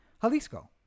Jalisco